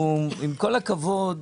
עם כל הכבוד,